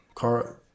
Kara